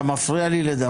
אתה מפריע לי לדבר?